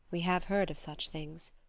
we have heard of such things.